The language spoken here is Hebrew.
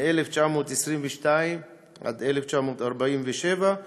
מ-1922 עד 1947,